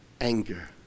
anger